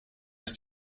ist